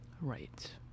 Right